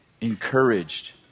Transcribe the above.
encouraged